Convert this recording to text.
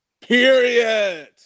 period